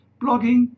blogging